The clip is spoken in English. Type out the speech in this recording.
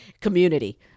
Community